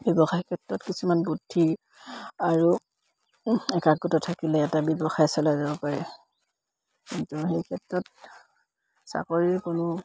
ব্যৱসায় ক্ষেত্ৰত কিছুমান বুদ্ধি আৰু একাগ্ৰতা থাকিলে এটা ব্যৱসায় চলাই যাব পাৰে কিন্তু সেই ক্ষেত্ৰত চাকৰিৰ কোনো